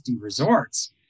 resorts